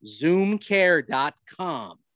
zoomcare.com